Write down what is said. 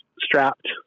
strapped